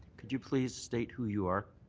could you place state who you are?